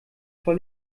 vor